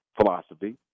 philosophy